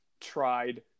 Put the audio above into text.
tried